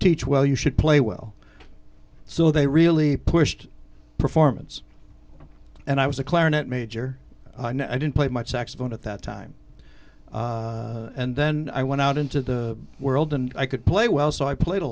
teach well you should play well so they really pushed performance and i was a clarinet major i know i didn't play much saxophone at that time and then i went out into the world and i could play well so i played a